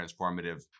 transformative